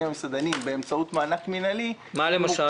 המסעדנים באמצעות מענק מינהלי --- מה למשל?